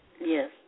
Yes